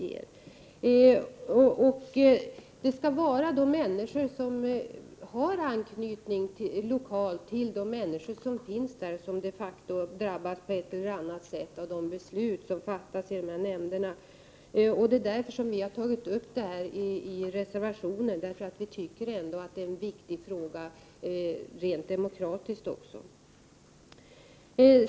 Det måste bli fråga om människor som har lokal anknytning till de människor som de facto på ett eller annat sätt drabbas av de beslut som fattas i nämnderna. Vi har tagit upp den här saken i en reservation, eftersom vi ändå tycker att det är en viktig fråga från rent demokratisk synpunkt.